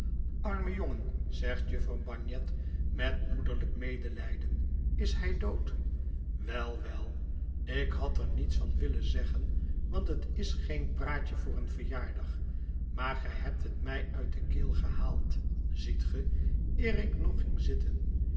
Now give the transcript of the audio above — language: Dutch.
arme jongen zegt jufvrouw bagnet met moederlijk medelijden is hij dood wel wel ik had er niets van willen zeggen want het is geen praatje voor een verjaardag maar gij hebt het mij uit de keel gehaald ziet ge eer ik nog ging zitten